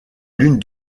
lune